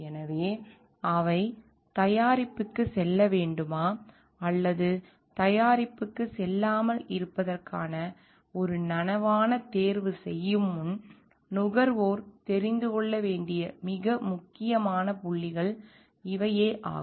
எனவே ஆனால் அவை தயாரிப்புக்கு செல்ல வேண்டுமா அல்லது தயாரிப்புக்கு செல்லாமல் இருப்பதற்கான ஒரு நனவான தேர்வு செய்யும் முன் நுகர்வோர் தெரிந்து கொள்ள வேண்டிய மிக முக்கியமான புள்ளிகள் இவையாகும்